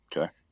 okay